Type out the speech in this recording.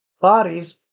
bodies